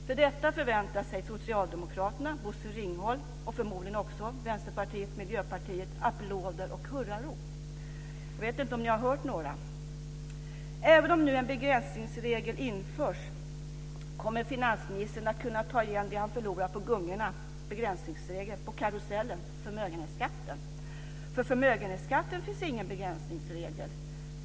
För detta förväntar sig Socialdemokraterna, Bosse Ringholm och förmodligen också Vänsterpartiet och Miljöpartiet applåder och hurrarop. Jag vet inte om ni har hört några. Även om nu en begränsningsregel införs kommer finansministern att kunna ta igen det han förlorar på gungorna - begränsningsregeln - på karusellen - förmögenhetsskatten. För förmögenhetsskatten finns ingen begränsningsregel.